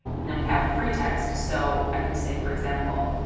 and then we have free text. so i could say for example,